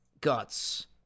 Guts